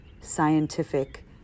scientific